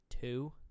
two